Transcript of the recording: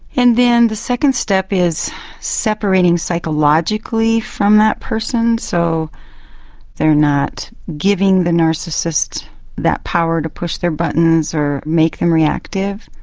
and then the second step is separating psychologically from that person, so they are not giving the narcissist that power to push their buttons or make them reactive.